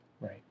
Right